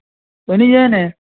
બની જાય ને